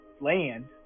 land